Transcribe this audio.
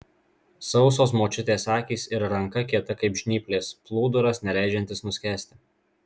sausos močiutės akys ir ranka kieta kaip žnyplės plūduras neleidžiantis nuskęsti